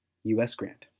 u s. grant.